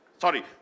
Sorry